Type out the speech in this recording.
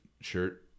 shirt